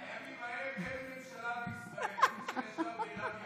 בימים ההם אין ממשלה בישראל איש הישר בעיניו יעשה.